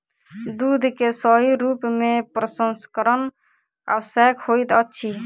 दूध के सही रूप में प्रसंस्करण आवश्यक होइत अछि